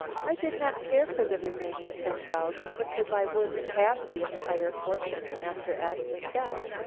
i did not care for the remaining ten thousand because i would have the entire fortune after asta's death.